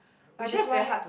which is why